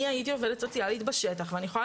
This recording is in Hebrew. אני הייתי עובדת סוציאלית בשטח ואני יכולה